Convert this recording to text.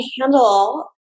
handle